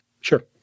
Sure